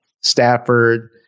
Stafford